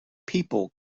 people